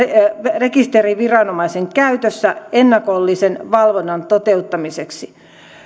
rekisteriviranomaisen käytössä ennakollisen valvonnan toteuttamiseksi